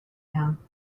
him